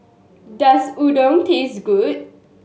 does Udon taste good